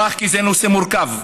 הנושא מורכב.